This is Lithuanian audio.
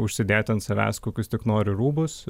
užsidėti ant savęs kokius tik nori rūbus